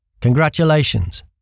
congratulations